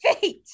fate